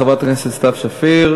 תודה לחברת הכנסת סתיו שפיר.